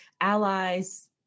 allies